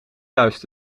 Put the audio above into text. juist